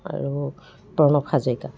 আৰু প্ৰণৱ হাজৰিকা